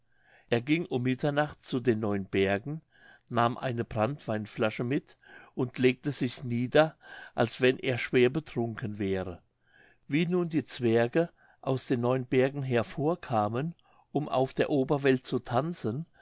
er ging um mitternacht zu den neun bergen nahm eine branntweinflasche mit und legte sich nieder als wenn er schwer betrunken wäre wie nun die zwerge aus den neun bergen hervorkamen um auf der oberwelt zu tanzen